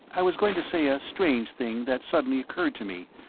i was going to say a strange thing that suddenly occurred to me,